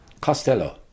Costello